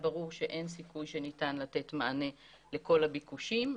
ברור שאין סיכוי שניתן לתת מענה לכל הביקושים.